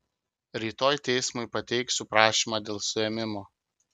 rytoj teismui pateiksiu prašymą dėl suėmimo